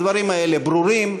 הדברים האלה ברורים,